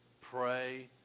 pray